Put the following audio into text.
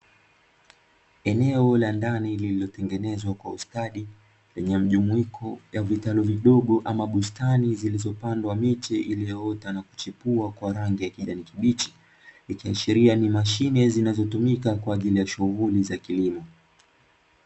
Eneo la ndani lililotengenezwa kwa ustadi, lenye mjumuiko wa vitalu vidogo ama bustani, zilizopandwa miche iliyoota na kuchipua kwa rangi ya kijani kibichi, ikiashiria ni mashine zinazotumika kwa ajili ya shughuli za kilimo.